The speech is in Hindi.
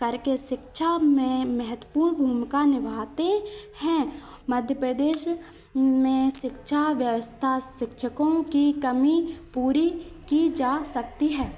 करके शिक्षा में महत्वपूर्ण भूमिका निभाते हैं मध्यप्रदेश में शिक्षा व्यवस्था शिक्षकों की कमी पूरी की जा सकती है